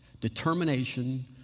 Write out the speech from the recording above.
determination